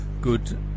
good